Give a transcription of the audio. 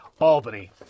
Albany